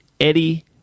Eddie